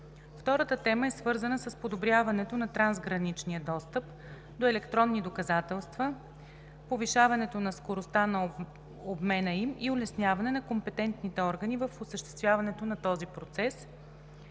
Втората тема е свързана с подобряването на трансграничния достъп до електронни доказателства, повишаването на скоростта на обмена им и улесняване на компетентните органи в осъществяването на този процес,